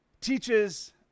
teaches